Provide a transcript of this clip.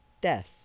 death